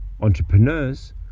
entrepreneurs